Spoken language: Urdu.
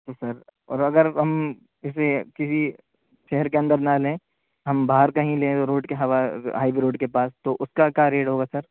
سر اور اگر ہم کسے کسی شہر کے اندر نہ لیں ہم باہر کہیں لیں روڈ کے ہوا ہائی وے روڈ کے پاس تو اس کا کیا ریٹ ہوگا سر